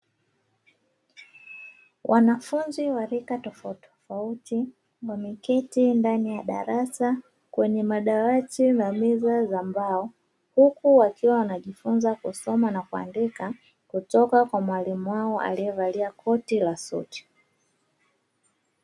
Wanafunzi wa rika tofautitofauti, wameketi ndani ya darasa kwenye madawati na meza za mbao, huku wakiwa wanajifunza kusoma na kuandika kutoka kwa mwalimu wao aliyevalia koti la suti.